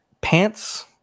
pants